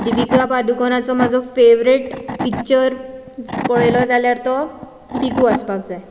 दिपिका पादुकोणाचो म्हाजो favourite picture पळयलो जाल्यार तो पिकूआसपाक जाय